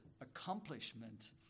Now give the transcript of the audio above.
accomplishment